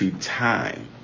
time